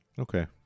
okay